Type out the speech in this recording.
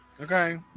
Okay